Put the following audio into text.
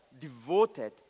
devoted